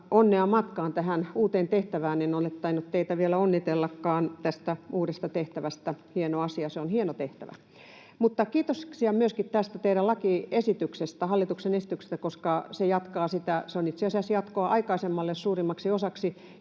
onnea matkaan tähän uuteen tehtävään. En ole tainnut teitä vielä onnitellakaan tästä uudesta tehtävästä. Hieno asia, se on hieno tehtävä. Mutta kiitoksia myöskin tästä teidän lakiesityksestä, hallituksen esityksestä, koska se on itse asiassa jatkoa aikaisemmalle suurimmaksi osaksi.